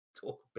talk